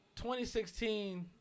2016